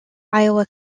iowa